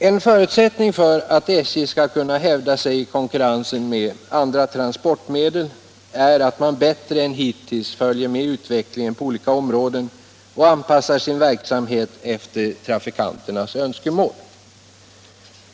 En förutsättning för att SJ skall kunna hävda sig i konkurrensen med andra transportmedel är att man bättre än hittills följer med utvecklingen på olika områden och anpassar sin verksamhet till trafikanternas önskemål.